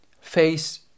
face